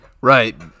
Right